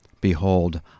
Behold